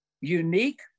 unique